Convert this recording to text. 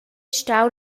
stau